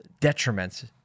detriments